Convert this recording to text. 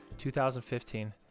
2015